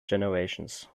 generations